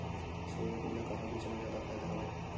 Soybean ल कहां बेचे म जादा फ़ायदा हवय?